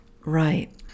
Right